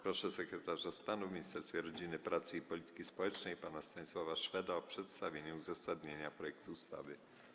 Proszę sekretarza stanu w Ministerstwie Rodziny, Pracy i Polityki Społecznej pana Stanisława Szweda o przedstawienie uzasadnienia projektu ustawy.